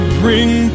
bring